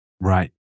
Right